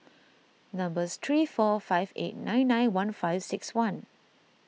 number three four five eight nine nine one five six one